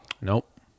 nope